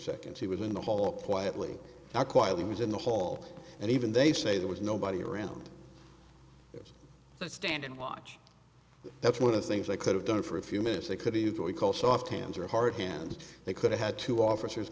seconds he was in the hall quietly quietly was in the hall and even they say there was nobody around standing watch that's one of the things they could have done for a few minutes they could easily call soft hands or hard hand they could have had two officers